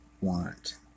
want